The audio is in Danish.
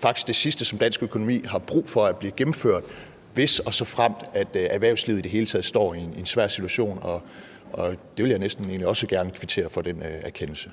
faktisk er det sidste, som dansk økonomi har brug for bliver gennemført, hvis og såfremt erhvervslivet i det hele taget står i en svær situation. Den erkendelse vil jeg næsten også gerne kvittere for. Kl.